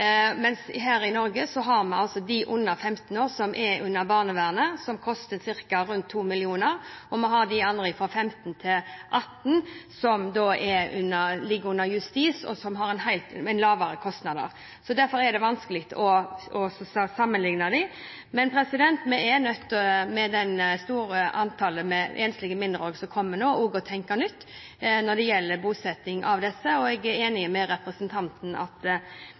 Norge er de under 15 år under barnevernet, og koster rundt 2 mill. kr. De andre, fra 15 til 18 år, ligger under Justisdepartementet, og har lavere kostnader. Derfor er det vanskelig å sammenligne. Men vi er nødt til, med det store antallet enslige mindreårige som kommer nå, å tenke nytt når det gjelder bosetting av disse. Vi ser at det er 37 kommuner i dag som bosetter enslige mindreårige under 15 år, men det fins en familie i alle kommuner som kan og vil bli fosterfamilie for de barna. Jeg er veldig glad for at